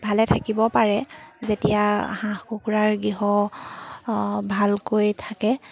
ভালে থাকিব পাৰে যেতিয়া হাঁহ কুকুৰাৰ গৃহ ভালকৈ থাকে